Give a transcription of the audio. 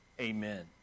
Amen